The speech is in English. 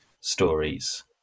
stories